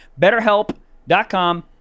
betterhelp.com